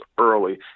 early